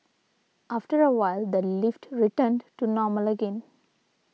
after a while the lift returned to normal again